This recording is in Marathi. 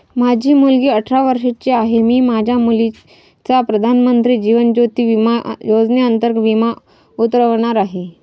माझी मुलगी अठरा वर्षांची आहे, मी माझ्या मुलीचा प्रधानमंत्री जीवन ज्योती विमा योजनेअंतर्गत विमा उतरवणार आहे